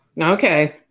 Okay